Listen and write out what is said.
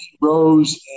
Rose